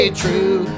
true